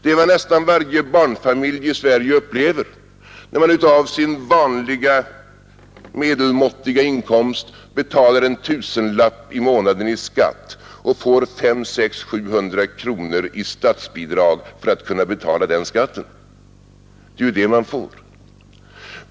Det är vad nästan varje barnfamilj i Sverige upplever, när man av sin medelmåttiga inkomst betalar en tusenlapp i månaden i skatt och får 500, 600, 700 kronor per månad i statsbidrag för att kunna betala den skatten. Det är ju det man får.